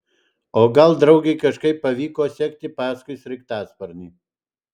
o gal draugei kažkaip pavyko sekti paskui sraigtasparnį